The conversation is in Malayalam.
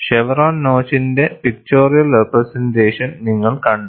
ഷെവ്റോൺ നോച്ചിന്റെ പിക്ടോറിയൽ റെപ്രെസെന്റഷൻ നിങ്ങൾ കണ്ടു